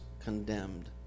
condemned